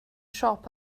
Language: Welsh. siop